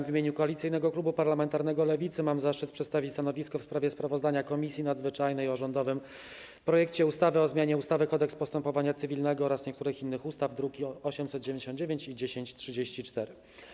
W imieniu Koalicyjnego Klubu Parlamentarnego Lewicy mam zaszczyt przedstawić stanowisko wobec sprawozdania Komisji Nadzwyczajnej o rządowym projekcie ustawy o zmianie ustawy - Kodeks postępowania cywilnego oraz niektórych innych ustaw, druki nr 899 i 1034.